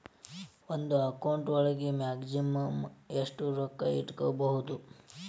ಒಂದು ಅಕೌಂಟ್ ಒಳಗ ಮ್ಯಾಕ್ಸಿಮಮ್ ಎಷ್ಟು ರೊಕ್ಕ ಇಟ್ಕೋಬಹುದು?